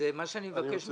מה שאני מבקש ממך,